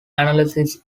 analysis